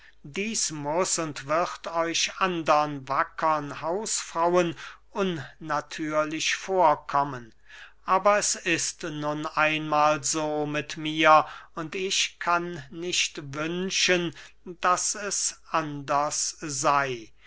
dieß wird und muß euch andern wackern hausfrauen unnatürlich vorkommen aber es ist nun einmahl so mit mir und ich kann nicht wünschen daß es anders sey